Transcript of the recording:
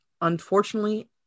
unfortunately